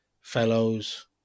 fellows